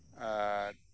ᱟᱨ